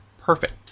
perfect